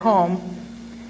home